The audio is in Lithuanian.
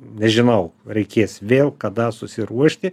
nežinau reikės vėl kada susiruošti